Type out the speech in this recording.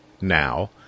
now